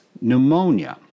pneumonia